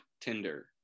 tinder